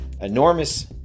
enormous